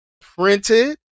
Printed